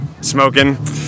smoking